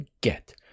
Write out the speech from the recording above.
get